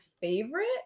favorite